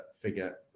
figure